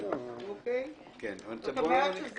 זאת אומרת,